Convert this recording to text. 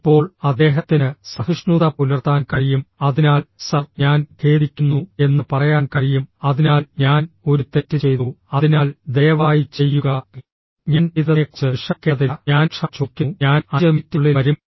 ഇപ്പോൾ അദ്ദേഹത്തിന് സഹിഷ്ണുത പുലർത്താൻ കഴിയും അതിനാൽ സർ ഞാൻ ഖേദിക്കുന്നു എന്ന് പറയാൻ കഴിയും അതിനാൽ ഞാൻ ഒരു തെറ്റ് ചെയ്തു അതിനാൽ ദയവായി ചെയ്യുക ഞാൻ ചെയ്തതിനെക്കുറിച്ച് വിഷമിക്കേണ്ടതില്ല ഞാൻ ക്ഷമ ചോദിക്കുന്നു ഞാൻ 5 മിനിറ്റിനുള്ളിൽ വരും